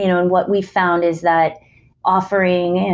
you know and what we found is that offering